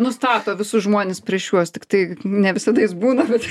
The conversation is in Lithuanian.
nustato visus žmones prieš juos tiktai ne visada jis būna bet